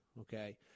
okay